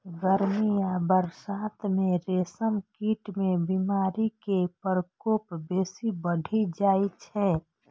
गर्मी आ बरसात मे रेशम कीट मे बीमारी के प्रकोप बेसी बढ़ि जाइ छै